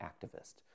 activist